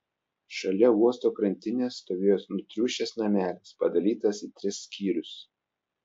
šalia uosto krantinės stovėjo nutriušęs namelis padalytas į tris skyrius